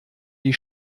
die